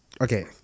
Okay